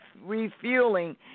refueling